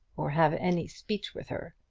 or have any speech with her.